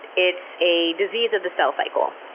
it's a disease of the cell cycle.